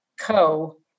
Co